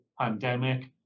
pandemic